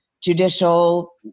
judicial